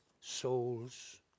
souls